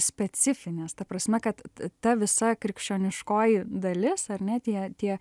specifinės ta prasme kad ta visa krikščioniškoji dalis ar ne tie tie